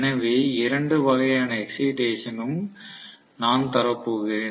எனவே இரண்டு வகையான எக்ஸைடேசன் ம் நான் தரப்போகிறேன்